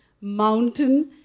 mountain